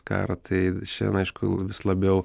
karą tai šiandien aišku vis labiau